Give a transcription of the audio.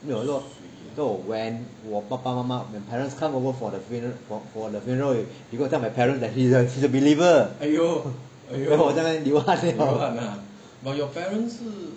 没有是讲说 when 我爸爸妈妈 when parents come over for the fu~ for for the funeral she's going to tell my parents that she is a believer then 我在在那边流汗